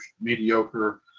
mediocre